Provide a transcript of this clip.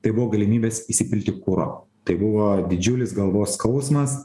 tai buvo galimybės įsipilti kuro tai buvo didžiulis galvos skausmas